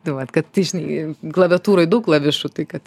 nu vat kad tai žinai klaviatūroj daug klavišų tai kad